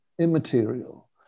immaterial